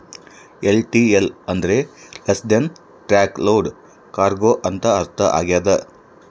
LTL ಅಂದ್ರ less than truck load cargo ಅಂತ ಅರ್ಥ ಆಗ್ಯದ